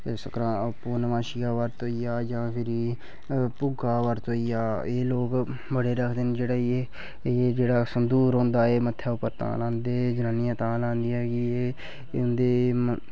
फ्ही सकरांत पूर्नमाशी दा बर्त होई गेआ जां फ्ही भुग्गै दा बर्त होई गेआ एह् लोक बड़े रखदे न एह् जेह्ड़ा संदूर होंदा मत्थै पर तां लांदे न